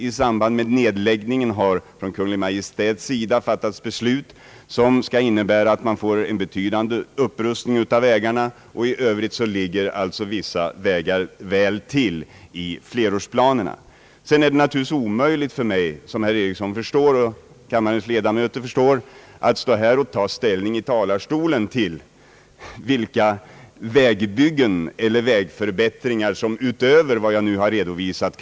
I samband med nedläggningen har Kungl. Maj:t fattat beslut, som skall innebära att man får betydande upprustning av vägarna. I övrigt ligger alltså vissa vägar väl till i flerårsplanerna. Sedan är det naturligtvis omöjligt för mig, som herr Eriksson och kammarens ledamöter förstår, att stå här i talarstolen och ta ställning till vägbyggen och vägförbättringar som kan vara önskvärda utöver vad jag nu har redovisat.